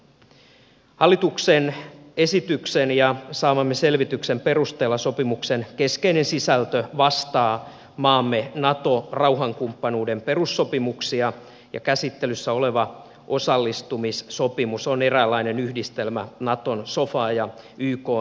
hallituksen esityksen ja saamamme selvityksen perusteella sopimuksen keskeinen sisältö vastaa maamme nato rauhankumppanuuden perussopimuksia ja käsittelyssä oleva osallistumissopimus on eräänlainen yhdistelmä naton sofaa ja ykn osallistumissopimuksia